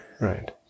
right